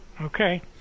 Okay